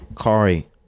Kari